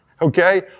Okay